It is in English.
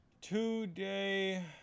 Today